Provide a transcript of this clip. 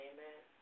Amen